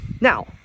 Now